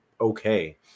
okay